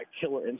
killer